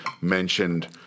mentioned